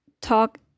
talk